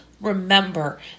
remember